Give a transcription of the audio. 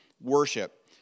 worship